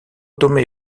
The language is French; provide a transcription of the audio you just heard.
tomé